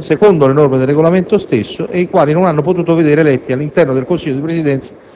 secondo le norme del Regolamento stesso e i quali non hanno potuto vedere eletti, all'interno del Consiglio di Presidenza,